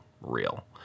real